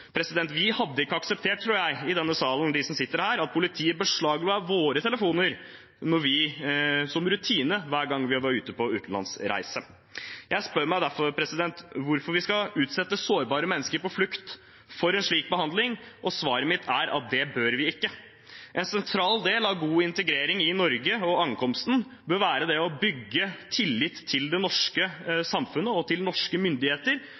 Vi som sitter her i salen, hadde ikke akseptert, tror jeg, at politiet beslaglegger våre telefoner som rutine hver gang vi er ute på utenlandsreise. Jeg spør meg derfor hvorfor vi skal utsette sårbare mennesker på flukt for en slik behandling. Svaret mitt er at det bør vi ikke. En sentral del av god integrering i Norge og ankomsten bør være å bygge tillit til det norske samfunnet og til norske myndigheter.